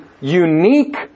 unique